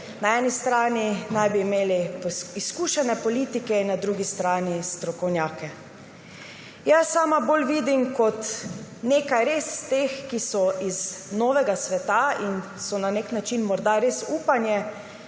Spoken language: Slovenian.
Na eni strani naj bi imeli izkušene politike in na drugi strani strokovnjake. Sama bolj vidim kot nekaj res teh, ki so iz novega sveta in so na nek način res upanje,